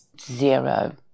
Zero